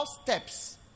steps